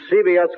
CBS